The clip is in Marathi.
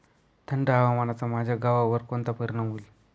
थंड हवामानाचा माझ्या गव्हावर कोणता परिणाम होईल?